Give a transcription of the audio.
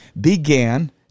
began